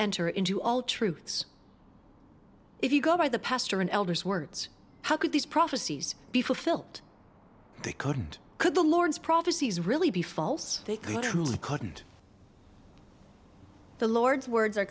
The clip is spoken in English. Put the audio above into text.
enter into all truths if you go by the pastor and elders words how could these prophecies before felt they couldn't could the lord's prophecies really be false they couldn't the lord's words are